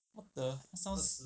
what the 他 sounds